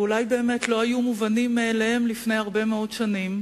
ואולי באמת לא היו מובנים מאליהם לפני הרבה מאוד שנים.